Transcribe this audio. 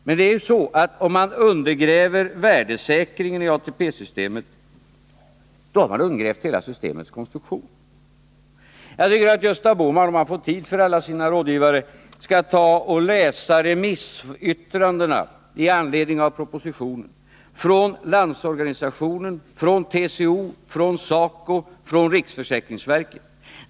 Men det är ju så att om man undergräver värdesäkringen i ATP-systemet, då har man undergrävt hela systemets konstruktion. Jag tycker att Gösta Bohman — om han får tid för alla sina rådgivare — skall ta och läsa remissyttrandena i anledning av propositionen från LO, TCO, SACO, från riksförsäkringsverket.